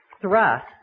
thrust